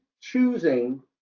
choosing